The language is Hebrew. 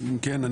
אם כן,